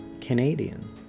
Canadian